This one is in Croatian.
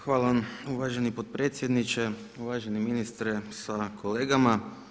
Hvala vam uvaženi potpredsjedniče, uvaženi ministre sa kolegama.